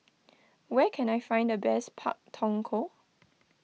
where can I find the best Pak Thong Ko